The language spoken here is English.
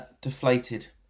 Deflated